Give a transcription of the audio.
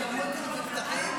יש המון תיקים שנפתחים,